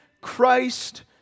Christ